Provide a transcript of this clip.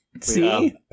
See